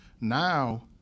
Now